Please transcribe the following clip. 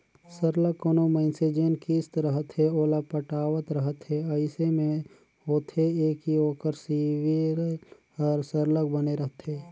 सरलग कोनो मइनसे जेन किस्त रहथे ओला पटावत रहथे अइसे में होथे ए कि ओकर सिविल हर सरलग बने रहथे